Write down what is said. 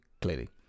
clearly